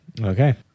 okay